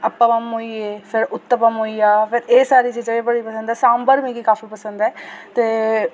अपबम होइये फिर उत्तपम होइया फिर एह् सारी चीज़ां बड़ी पसंद न सांबर मिगी काफी पसंद ऐ ते